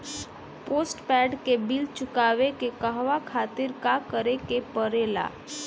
Postpaid के bill चुकावे के कहवा खातिर का करे के पड़ें ला?